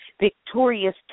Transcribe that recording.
victorious